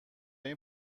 این